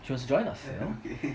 she wants to join us you know